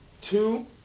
two